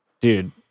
dude